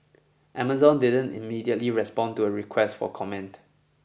Amazon didn't immediately respond to a request for comment